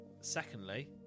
Secondly